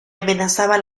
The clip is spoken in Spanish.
amenazaba